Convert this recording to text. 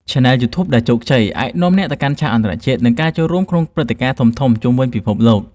ឆានែលយូធូប ដែលជោគជ័យអាចនាំអ្នកទៅកាន់ឆាកអន្តរជាតិ និងការចូលរួមក្នុងព្រឹត្តិការណ៍ធំៗជុំវិញពិភពលោក។